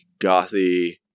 gothy